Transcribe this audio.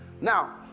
Now